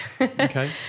Okay